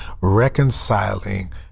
reconciling